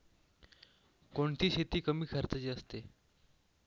कोणती शेती कमी खर्चाची असते?